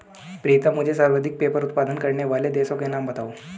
प्रीतम मुझे सर्वाधिक पेपर उत्पादन करने वाले देशों का नाम बताओ?